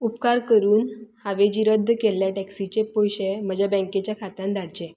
उपकार करून हांवें जी रद्द केल्ल्या टॅक्सीचे पयशे म्हजे बँकेच्या खात्यान धाडचे